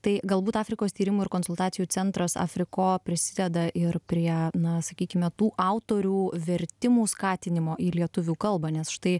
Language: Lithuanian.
tai galbūt afrikos tyrimų ir konsultacijų centras afriko prisideda ir prie na sakykime tų autorių vertimų skatinimo į lietuvių kalbą nes štai